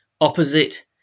opposite